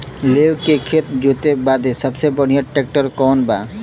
लेव के खेत जोते बदे सबसे बढ़ियां ट्रैक्टर कवन बा?